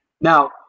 now